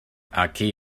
aquí